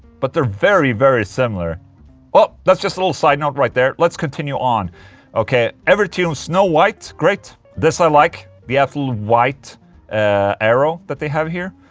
but they're very very similar well, that's just a little side-note right there, let's just continue on ok, evertune snow white, great this i like, the absolute white arrow that they have here